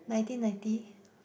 nineteen ninety